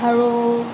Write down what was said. আৰু